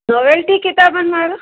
royalty किताबनि वारो